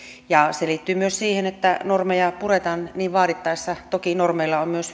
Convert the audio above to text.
ja se liittyy myös siihen että normeja puretaan niin vaadittaessa toki normeilla on myös